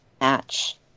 match